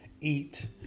eat